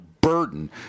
burden